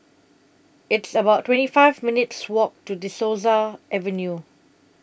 It's about twenty five minutes' Walk to De Souza Avenue